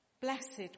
Blessed